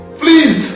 please